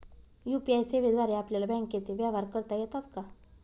UPI सेवेद्वारे आपल्याला बँकचे व्यवहार करता येतात का?